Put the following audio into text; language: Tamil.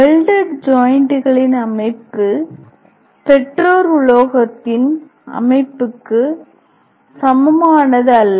வெல்டெட் ஜாய்ண்ட்டுகளின் அமைப்பு பெற்றோர் உலோகத்தின் அமைப்புக்கு சமமானதல்ல